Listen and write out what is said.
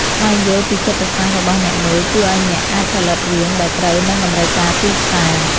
ស្វែងយល់ពីចិត្តសាស្ត្ររបស់អ្នកមើលជួយឱ្យអ្នកអាចផលិតរឿងដែលត្រូវនឹងតម្រូវការទីផ្សារ។